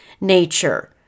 nature